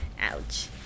ouch